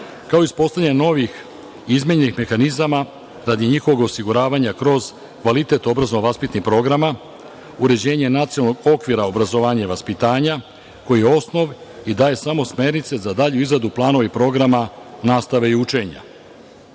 kao i uspostavljanje novih i izmenjenih mehanizama radi njihovog osiguravanja kroz kvalitet obrazovno-vaspitnih programa, uređenje nacionalnog okvira obrazovanja i vaspitanja koji je osnov i daje samo smernice za dalju izradu planova i programa nastave i učenja,